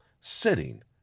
sitting